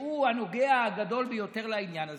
שהוא הנוגע הגדול ביותר לעניין הזה,